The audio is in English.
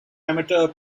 amateur